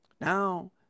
Now